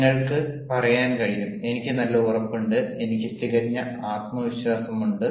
നിങ്ങൾക്ക് പറയാൻ കഴിയും എനിക്ക് നല്ല ഉറപ്പുണ്ട് എനിക്ക് തികഞ്ഞ ആത്മവിശ്വാസമുണ്ട്